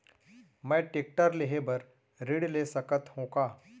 मैं टेकटर लेहे बर ऋण ले सकत हो का?